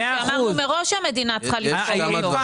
אמרנו מראש שהמדינה צריכה לסבסד.